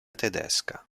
tedesca